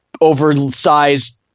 oversized